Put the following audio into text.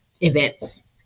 events